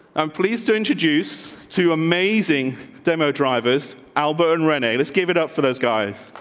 i'm pleased to introduce two amazing demo drivers, albert and renee. let's give it up for those guys.